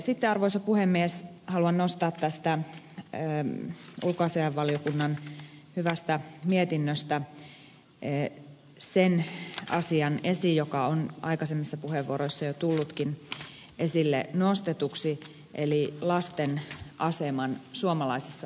sitten arvoisa puhemies haluan nostaa tästä ulkoasiainvaliokunnan hyvästä mietinnöstä sen asian esiin joka on aikaisemmissa puheenvuoroissa jo tullutkin esille nostetuksi eli lasten aseman suomalaisessa yhteiskunnassa